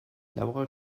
laura